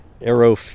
aero